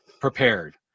prepared